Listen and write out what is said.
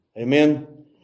Amen